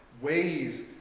Ways